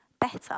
better